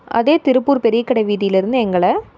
அதே திருப்பூர் பெரியக்கடை வீதியிலிருந்து எங்களை